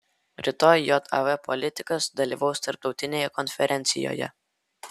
rytoj jav politikas dalyvaus tarptautinėje konferencijoje